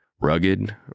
Rugged